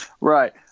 Right